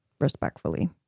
respectfully